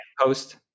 Post